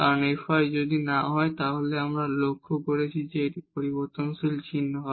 কারণ fy যদি 0 না হয় তাহলে আমরা লক্ষ্য করেছি যে এটি পরিবর্তনশীল চিহ্ন হয়